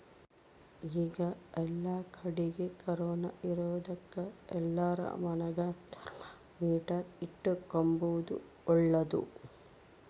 ಈಗ ಏಲ್ಲಕಡಿಗೆ ಕೊರೊನ ಇರೊದಕ ಎಲ್ಲಾರ ಮನೆಗ ಥರ್ಮಾಮೀಟರ್ ಇಟ್ಟುಕೊಂಬದು ಓಳ್ಳದು